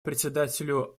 председателю